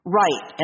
right